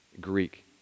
Greek